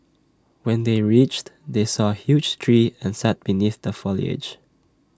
when they reached they saw A huge tree and sat beneath the foliage